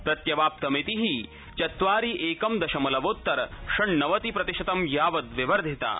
प्रत्यवाप्तमिति चत्वारि एकम् दशमलवोत्तर षण्णवति प्रतिशतं यावत् विवर्धिता